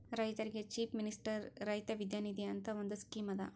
ರೈತರಿಗ್ chief minister ರೈತ ವಿದ್ಯಾ ನಿಧಿ ಅಂತ್ ಒಂದ್ ಸ್ಕೀಮ್ ಅದಾ